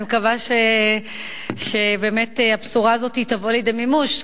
אני מקווה שבאמת הבשורה הזאת תבוא לידי מימוש.